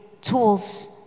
tools